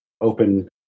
open